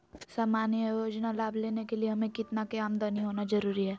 सामान्य योजना लाभ लेने के लिए हमें कितना के आमदनी होना जरूरी है?